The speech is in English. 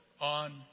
on